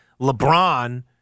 LeBron